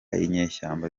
inyeshyamba